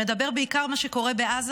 והעולם מדבר בעיקר על מה שקורה בעזה,